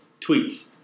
tweets